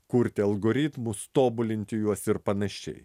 kurti algoritmus tobulinti juos ir panašiai